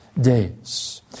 days